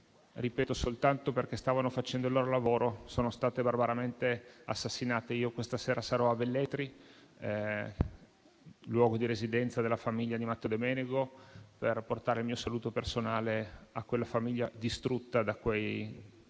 che soltanto perché stavano facendo il loro lavoro sono state barbaramente assassinate. Questa sera sarò a Velletri, luogo di residenza della famiglia di Matteo Demenego, per portare il mio saluto personale a quella famiglia distrutta in quel